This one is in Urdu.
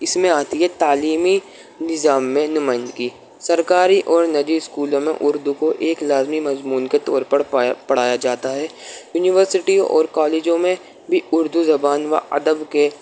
اس میں آتی ہے تعلیمی نظام میں نمائندگی سرکاری اور نجی اسکولوں میں اردو کو ایک لازمی مضمون کے طور پر پڑھایا جاتا ہے یونیورسٹی اور کالجوں میں بھی اردو زبان و ادب کے